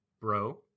Bro